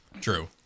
True